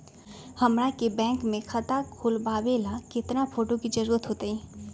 हमरा के बैंक में खाता खोलबाबे ला केतना फोटो के जरूरत होतई?